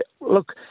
look